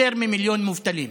יותר ממיליון מובטלים